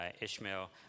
ishmael